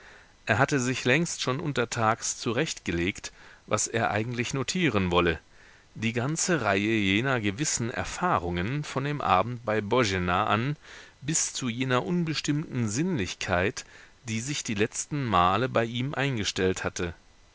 er hatte sich längst schon untertags zurechtgelegt was er eigentlich notieren wolle die ganze reihe jener gewissen bisherigen erfahrungen von dem abend bei boena an bis zu jener unbestimmten sinnlichkeit die sich die letzten male bei ihm eingestellt hatte